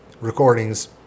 recordings